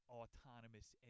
autonomous